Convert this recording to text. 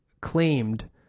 claimed